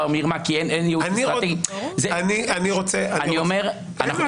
במרמה כי אין ייעוץ -- אני רוצה -- אנחנו בבעיה.